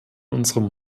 unserem